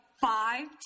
five